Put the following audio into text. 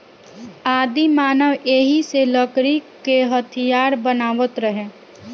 आदिमानव एही से लकड़ी क हथीयार बनावत रहे